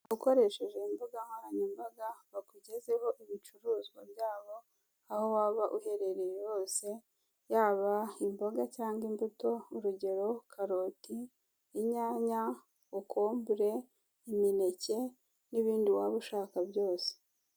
Ukoresheje imbugankoranyambaga bakugezeho ibicuruzwa byabo, aho waba uherereye hose yaba imboga cyangwa imbutu urugero karoti inyanya kokombure, mineke, n'ibindi waba ushaka byose.